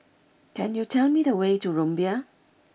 can you tell me the way to Rumbia